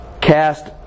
cast